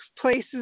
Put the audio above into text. places